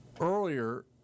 Earlier